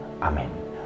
Amen